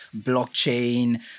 blockchain